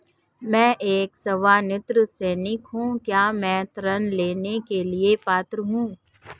मैं एक सेवानिवृत्त सैनिक हूँ क्या मैं ऋण लेने के लिए पात्र हूँ?